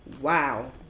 Wow